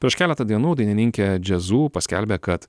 prieš keletą dienų dainininkė jazzu paskelbė kad